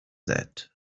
that